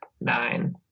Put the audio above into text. Nine